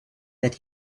that